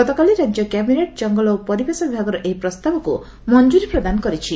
ଗତକାଲି ରାଜ୍ୟ କ୍ୟାବିନେଟ୍ ଜଙ୍ଗଲ ଓ ପରିବେଶ ବିଭାଗର ଏହି ପ୍ରସ୍ତାବକୁ ମଞ୍ଠୁରୀ ପ୍ରଦାନ କରିଛି